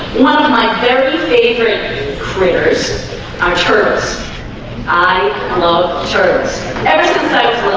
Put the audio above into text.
one of my very favorite critters archers i love church exercise